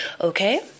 Okay